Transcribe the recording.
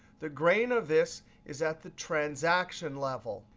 the grain of this is at the transaction level.